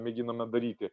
mėginama daryti